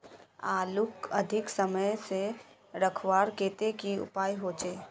आलूक अधिक समय से रखवार केते की उपाय होचे?